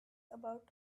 about